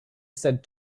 said